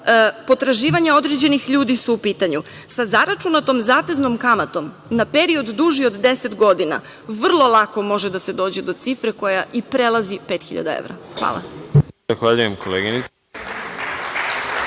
potraživanja određenih ljudi su u pitanju, sa zaračunatom zateznom kamatom na period duži od 10 godina, vrlo lako može da se dođe do cifre koja i prelazi 5.000 evra. Hvala.